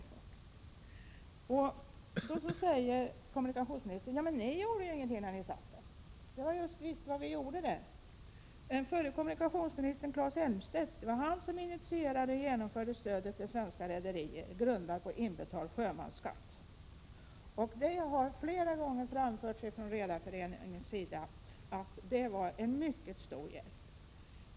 Kommunikationsministern säger vidare att vi inte gjorde någonting när vi satt i regeringsställning. Men det var just precis vad vi gjorde. Det var den förre kommunikationsministern Claes Elmstedt som initierade och genomförde stödet till svenska rederier grundat på inbetald sjömansskatt. Det har från Redareföreningens sida flera gånger framförts att detta stöd var till en mycket stor hjälp.